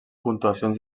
puntuacions